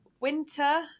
winter